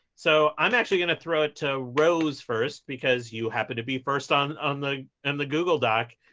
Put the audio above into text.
so i'm actually going to throw it to rose first, because you happen to be first on on the and the google doc.